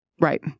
Right